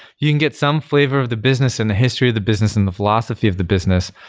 you can get some flavor of the business and the history of the business and the philosophy of the business.